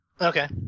Okay